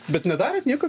bet nedarėt nieko